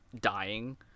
dying